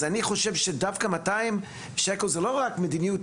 אז אני חושב ש- 200 ש"ח זה לא רק מדיניות